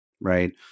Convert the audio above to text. right